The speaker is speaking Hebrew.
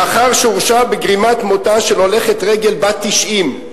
לאחר שהורשע בגרימת מותה של הולכת רגל בת 90,